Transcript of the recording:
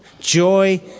Joy